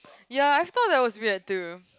ya I thought that was weird too